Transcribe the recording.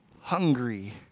Hungry